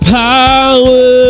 power